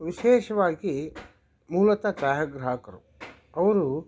ವಿಶೇಷವಾಗಿ ಮೂಲತಃ ಛಾಯಾಗ್ರಾಹಕರು ಅವರು